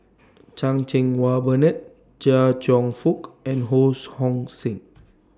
Chan Cheng Wah Bernard Chia Cheong Fook and Ho Hong Sing